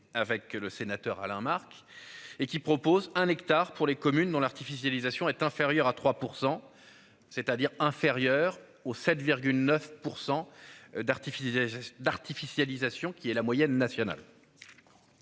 avec le sénateur Alain Marc et qui propose un hectare pour les communes dont l'artificialisation est inférieur à 3% c'est-à-dire inférieur aux 7 9 % d'artifice. D'artificialisation qui est la moyenne nationale.